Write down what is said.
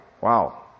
Wow